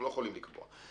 אנחנו לא יכולים לקבוע.